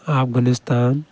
Afghanistan